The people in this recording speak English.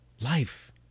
life